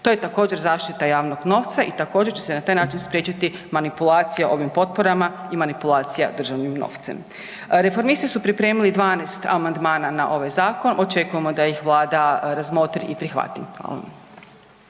To je također zaštita javnog novca i također će se na taj način spriječiti manipulacija ovim potporama i manipulacijama državnim novcem. Reformisti su pripremili 12 amandmana na ovaj zakon, očekujemo da ih Vlada razmotri i prihvati. Hvala.